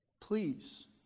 Please